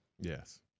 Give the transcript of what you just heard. Yes